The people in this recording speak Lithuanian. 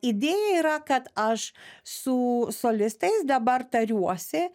idėja yra kad aš su solistais dabar tariuosi